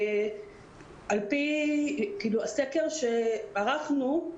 על פי הסקר שערכנו,